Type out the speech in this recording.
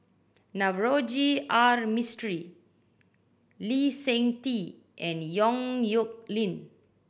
Navroji R Mistri Lee Seng Tee and Yong Nyuk Lin